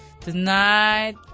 tonight